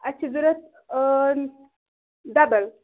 اَسہِ چھِ ضروٗت ٲں ڈَبَل